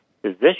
Position